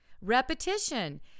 repetition